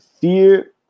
fear